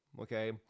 okay